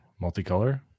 multicolor